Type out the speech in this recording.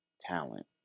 talent